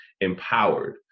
empowered